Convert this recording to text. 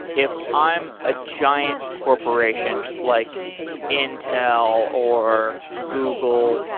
if i'm a giant corporation, like intel, or google,